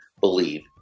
believe